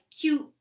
cute